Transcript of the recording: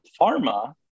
pharma